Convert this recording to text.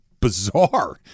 bizarre